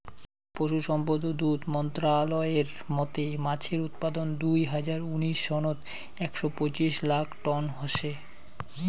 পশুসম্পদ ও দুধ মন্ত্রালয়ের মতে মাছের উৎপাদন দুই হাজার উনিশ সনত একশ পঁচিশ লাখ টন হসে